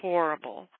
Horrible